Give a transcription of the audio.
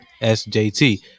sjt